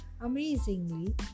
Amazingly